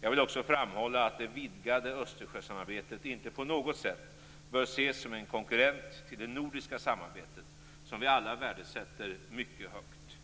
Jag vill också framhålla att det vidgade Östersjösamarbetet inte på något sätt bör ses som en konkurrent till det nordiska samarbetet som vi alla värdesätter mycket högt.